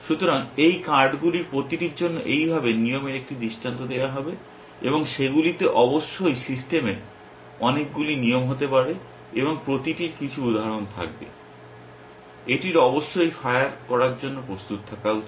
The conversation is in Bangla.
সুতরাং এই কার্ডগুলির প্রতিটির জন্য এইভাবে নিয়মের 1টি দৃষ্টান্ত দেওয়া হবে এবং সেগুলিতে অবশ্যই সিস্টেমে অনেকগুলি নিয়ম হতে পারে এবং প্রতিটির কিছু উদাহরণ থাকবে এটির অবশ্যই ফায়ার করার জন্য প্রস্তুত থাকা উচিত